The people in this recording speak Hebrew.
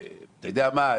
אתה יודע מה,